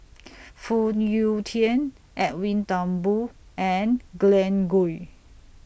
Phoon Yew Tien Edwin Thumboo and Glen Goei